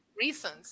Reasons